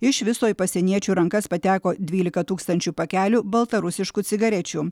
iš viso į pasieniečių rankas pateko dvylika tūkstančių pakelių baltarusiškų cigarečių